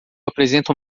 apresenta